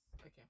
okay